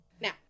Now